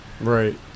right